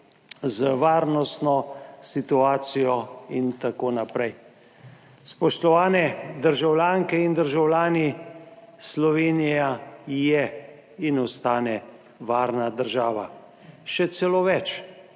z varnostno situacijo in tako naprej. Spoštovane državljanke in državljani, Slovenija je in ostane varna država. Še celo več,